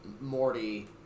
Morty